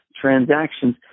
transactions